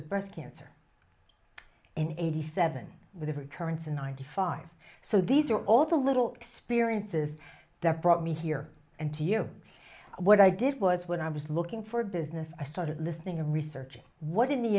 with breast cancer in eighty seven with a recurrence in ninety five so these are all the little experiences that brought me here and to you what i did was what i was looking for business i started listening and researching what in the